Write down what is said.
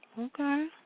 okay